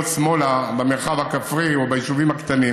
שמאלה במרחב הכפרי וביישובים הקטנים,